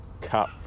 Cup